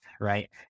right